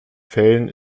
fällen